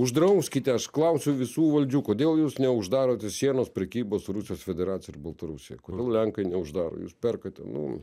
uždrauskite aš klausiu visų valdžių kodėl jūs neuždarote sienos prekybos su rusijos federacija baltarusija kodėl lenkai neuždaro jūs perkate nu